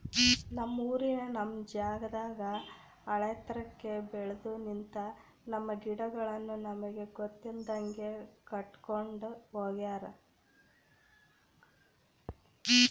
ನಮ್ಮೂರಿನ ನಮ್ ಜಾಗದಾಗ ಆಳೆತ್ರಕ್ಕೆ ಬೆಲ್ದು ನಿಂತ, ನಮ್ಮ ಗಿಡಗಳನ್ನು ನಮಗೆ ಗೊತ್ತಿಲ್ದಂಗೆ ಕಡ್ಕೊಂಡ್ ಹೋಗ್ಯಾರ